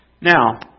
Now